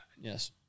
yes